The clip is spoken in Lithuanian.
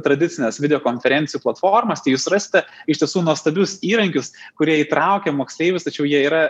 tradicines video konferencijų platformas tai jūs rasite iš tiesų nuostabius įrankius kurie įtraukia moksleivius tačiau jie yra